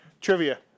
Trivia